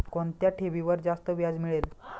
कोणत्या ठेवीवर जास्त व्याज मिळेल?